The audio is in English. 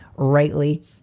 rightly